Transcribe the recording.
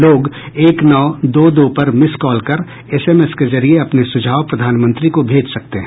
लोग एक नौ दो दो पर मिस कॉल कर एसएमएस के जरिए अपने सुझाव प्रधानमंत्री को भेज सकते हैं